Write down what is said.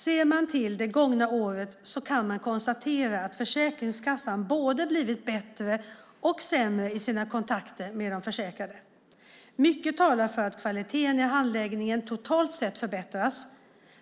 Ser man till det gångna året kan man konstatera att Försäkringskassan både blivit bättre och sämre i sina kontakter med de försäkrade. Mycket talar för att kvaliteten i handläggningen totalt sett förbättrats.